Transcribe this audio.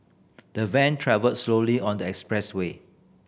the van travelled slowly on the expressway